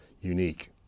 unique